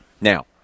Now